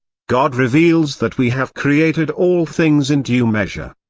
god reveals that we have created all things in due measure.